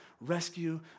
rescue